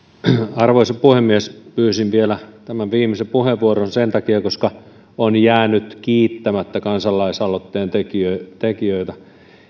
arvoisa puhemies pyysin vielä tämän viimeisen puheenvuoron sen takia että on jäänyt kiittämättä kansalaisaloitteen tekijöitä tekijöitä